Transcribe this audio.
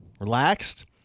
relaxed